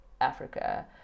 Africa